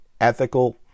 ethical